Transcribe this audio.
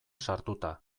sartuta